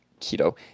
keto